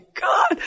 God